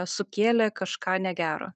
sukėlė kažką negero